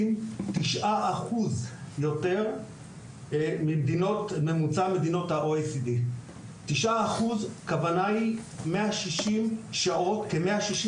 יותר מממוצע מדינות ה- OECD. הכוונה היא לכ-160 שעות שנתיות,